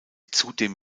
zudem